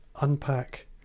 unpack